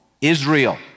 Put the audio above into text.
Israel